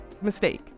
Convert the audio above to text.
mistake